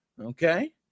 Okay